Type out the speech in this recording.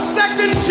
second